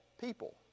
people